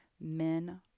men